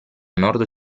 nord